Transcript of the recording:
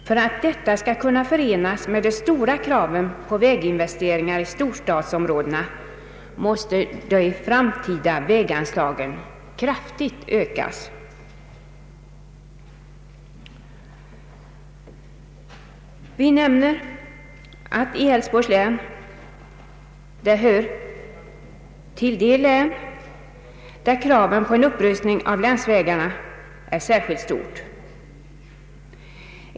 För att detta skall kunna förenas med de stora kraven på väginvesteringar i storstadsområdena måste de framtida väganslagen kraftigt ökas. Älvsborgs län hör till de län där kraven på en upprustning av länsvägarna är särskilt stora.